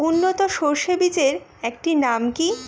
উন্নত সরষে বীজের একটি নাম কি?